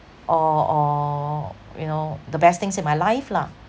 or or you know the best things in my life lah